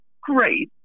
great